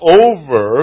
over